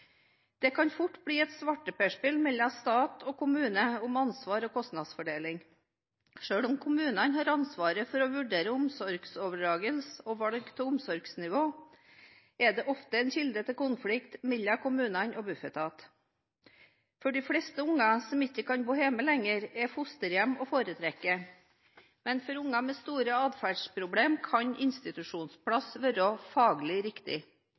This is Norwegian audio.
Det kan fort bli et svarteperspill mellom stat og kommune om ansvar og kostnadsfordeling. Selv om kommunene har ansvaret for å vurdere omsorgsoverdragelser og valg av omsorgsnivå, er dette ofte en kilde til konflikt mellom kommunene og Bufetat. For de fleste unger som ikke lenger kan bo hjemme, er fosterhjem å foretrekke, men for unger med store atferdsproblem kan institusjonsplass være faglig riktig,